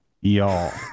y'all